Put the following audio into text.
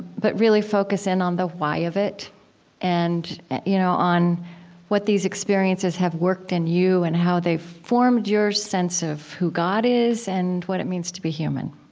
but really focus in on the why of it and you know on what these experiences have worked in you, and how they've formed your sense of who god is and what it means to be human.